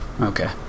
Okay